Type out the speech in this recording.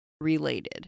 related